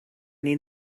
need